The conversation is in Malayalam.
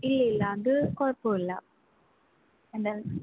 ഇല്ലില്ല അത് കുഴപ്പമില്ല എന്തായാലും